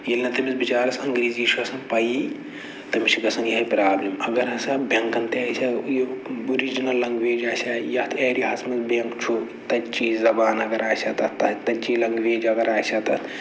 ییٚلہِ نہٕ تٔمِس بِچارَس انگریٖزی چھُ آسان پَیی تٔمِس چھِ گژھان یِہوٚے پرٛابلِم اَگر ہسا بینکَن تہِ آسہِ ہہ یہِ اُرِجٕنَل لنگویج آسہِ ہہ یَتھ اٮ۪رِیاہَس منٛز بیٚنک چھُ تَتِچی زبان اَگر آسہِ ہہ تَتھ تَتِچی لَنگویج اَگر آسہِ ہہ تَتھ